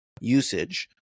usage